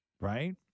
Right